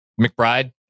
McBride